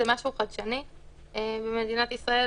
זה משהו חדשני במדינת ישראל,